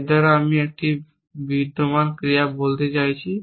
এর দ্বারা আমি একটি বিদ্যমান ক্রিয়া বলতে চাইছি